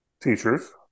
teachers